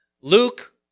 Luke